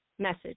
Message